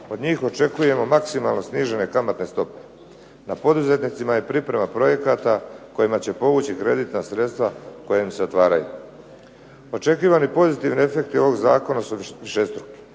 Od njih očekujemo maksimalno snižene kamatne stope. Na poduzetnicima je priprema projekata kojima će povući kreditna sredstva koja im se otvaraju. Očekivani pozitivni efekti ovog Zakona su višestruki,